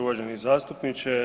Uvaženi zastupniče.